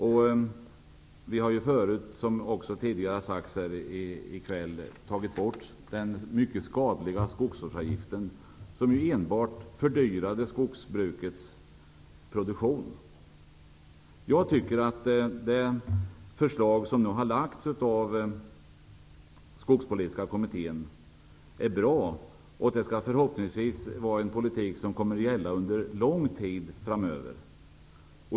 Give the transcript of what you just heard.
Den mycket skadliga skogsvårdsavgiften har ju också tagits bort, vilken enbart fördyrade skogsbrukets produktion. Det förslag som skogspolitiska kommittén har lagt fram är bra. Förhoppningsvis innebär det införandet av en politik som kommer att gälla under lång tid framöver.